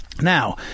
Now